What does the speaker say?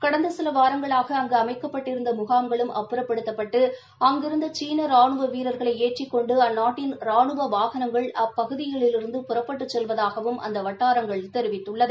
கடந்த சில வாரங்களாக அங்கு அமைக்கப்பட்டிருந்த முகாம்களும் அப்புறப்படுத்தப்பட்டு அங்கிருந்த சீன ரானுவ வீரர்களை ஏற்றிக் கொண்டு அந்நாட்டின் ரானுவ வாகனங்கள் அப்பகுதிகளிலிருந்து புறப்பட்டு செல்வதாகவும் அந்த வட்டாரங்கள் தெரிவித்துள்ளது